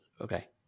Okay